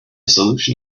solution